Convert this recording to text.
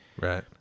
right